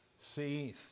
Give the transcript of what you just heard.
see